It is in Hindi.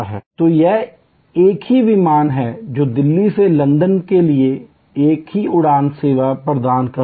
तो यह एक ही विमान है जो दिल्ली से लंदन के लिए एक ही उड़ान सेवा प्रदान करती है